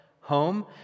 home